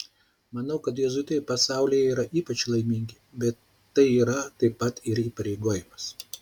manau kad jėzuitai pasaulyje yra ypač laimingi bet tai yra taip pat ir įpareigojimas